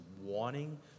wanting